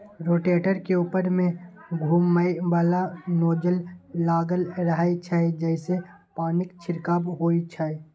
rotator के ऊपर मे घुमैबला नोजल लागल रहै छै, जइसे पानिक छिड़काव होइ छै